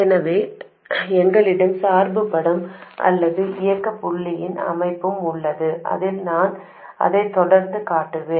எனவே எங்களிடம் சார்பு படம் அல்லது இயக்க புள்ளியின் அமைப்பு உள்ளது அதில் நான் அதை தொடர்ந்து காட்டுவேன்